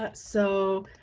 ah so,